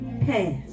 pass